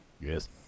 Yes